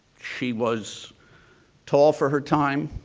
she was tall for her time.